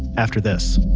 after this,